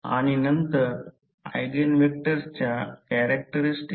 तर हा R आहे आणि जागेच्या अडचणीमुळे हा R आहे आणि ही बाजू प्राथमिक बाजू आहे